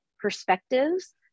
perspectives